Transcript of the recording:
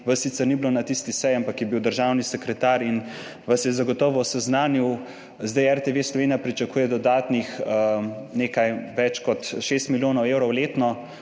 sicer ni bilo na tisti seji, ampak je bil državni sekretar in vas je zagotovo seznanil. RTV Slovenija pričakuje dodatnih nekaj več kot 6 milijonov evrov letno,